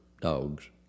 dogs